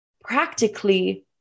practically